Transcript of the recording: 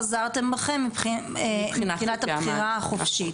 חזרתם בכם מבחינת הבחירה החופשית,